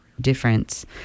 difference